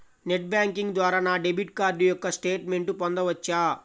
Net banking ద్వారా నా debit card యొక్క స్టేట్మెంట్ పొందవచ్చా?